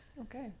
Okay